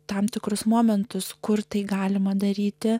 tam tikrus momentus kur tai galima daryti